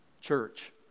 church